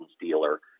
dealer